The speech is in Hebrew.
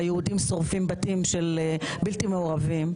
כאשר יהודים שורפים בתים של בלתי מעורבים,